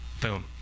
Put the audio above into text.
Boom